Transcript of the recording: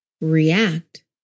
react